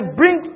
bring